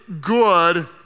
good